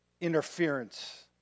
interference